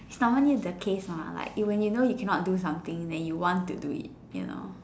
summon you the case on ah like you know when you cannot do something you want to do it you know